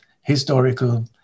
historical